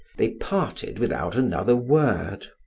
they parted without another word.